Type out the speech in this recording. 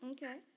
Okay